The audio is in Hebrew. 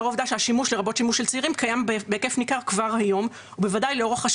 זאת לאור העובדה שהשימוש,